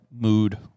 mood